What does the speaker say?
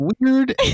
weird